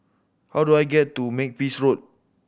how do I get to Makepeace Road